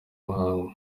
muhango